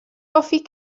toffee